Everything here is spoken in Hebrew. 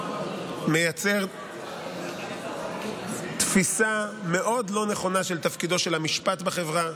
מייצר תפיסה מאוד לא נכונה של תפקידו של המשפט בחברה,